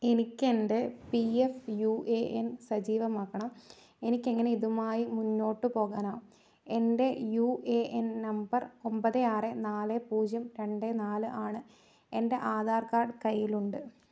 എനിക്കെൻ്റെ P F U A N സജീവമാക്കണം എനിക്ക് എങ്ങനെ ഇതുമായി മുന്നോട്ട് പോകാനാവും എൻ്റെ യു എ എൻ നമ്പർ ഒമ്പത് ആറ് നാല് പൂജ്യം രണ്ട് നാല് ആണ് എൻ്റെ ആധാർ കാർഡ് കയ്യിലുണ്ട്